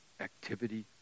activity